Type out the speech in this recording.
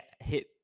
hit